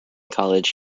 college